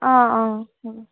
অঁ অঁ